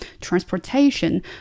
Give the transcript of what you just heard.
transportation